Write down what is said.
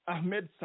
Ahmed